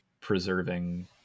preserving